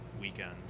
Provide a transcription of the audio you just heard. weekend